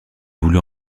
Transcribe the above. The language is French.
voulut